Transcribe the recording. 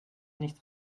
nichts